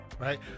right